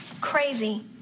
Crazy